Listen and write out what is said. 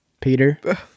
Peter